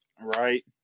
Right